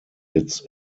its